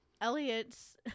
Elliot's